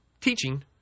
teaching